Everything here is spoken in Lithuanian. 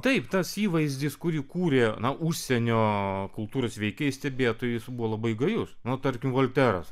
taip tas įvaizdis kurį kūrė na užsienio kultūros veikėjai stebėtojais buvo labai gajus na tarkim volteras